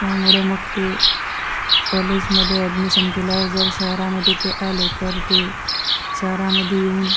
त्यामुळे मग ते कॉलेजमधे ॲडमिशन केल्यावर जर शहरामधे ते आले तर ते शहरामधे येऊन